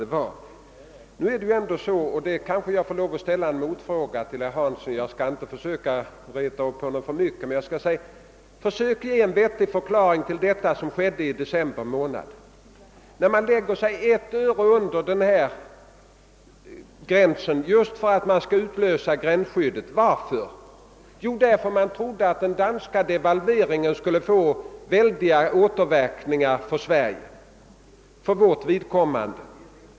Jag skall försöka att inte reta upp herr Hansson i Skegrie alltför myc ket, men jag skulle ändå vilja säga till herr Hansson: Försök att ge en vettig förklaring till det som skedde i december månad! Man lade sig då ett öre under gränsen just för att utlösa det extra gränsskyddet. Varför? Jo, därför att man trodde att den danska devalveringen skulle få väldiga återverkningar för vårt vidkommande.